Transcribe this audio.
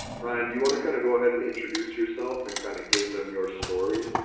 ryan, do you want to kind of go ahead and introduce yourself and kind of give them your story?